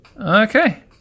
Okay